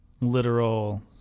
literal